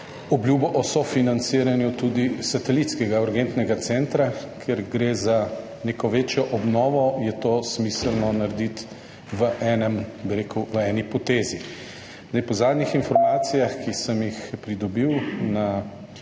obljubo o sofinanciranju satelitskega urgentnega centra. Ker gre za neko večjo obnovo, je to smiselno narediti v eni potezi. Po zadnjih informacijah, ki sem jih pridobil na